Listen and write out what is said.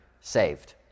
saved